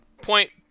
Point